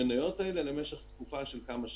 המניות האלה למשך תקופה של כמה שנים,